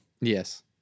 Yes